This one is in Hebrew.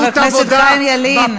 חבר הכנסת חיים ילין.